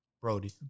Brody